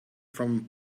from